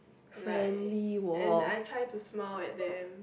and like and I try to smile at them